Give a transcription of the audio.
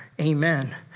Amen